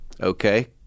Okay